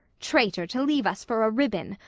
traitor, to leave us for a ribbon,